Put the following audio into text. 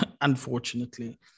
Unfortunately